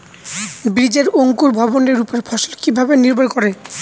বীজের অঙ্কুর ভবনের ওপর ফলন কিভাবে নির্ভর করে?